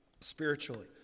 spiritually